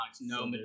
No